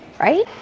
right